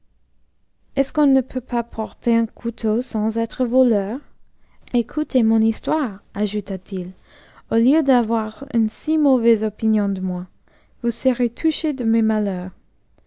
est-ce qu'on ne peut pas porter uu couteau sans être voleur ëcoutez mon histoire ajouta t h au lieu d'avoir une si mauvaise opinion de moi vous serez touchés de mes malheurs